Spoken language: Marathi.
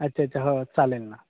अच्छा अच्छा हो चालेल ना